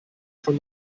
von